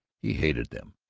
he hated them,